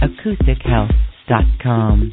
AcousticHealth.com